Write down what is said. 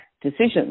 decisions